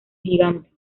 gigante